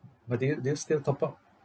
but do you do you still top up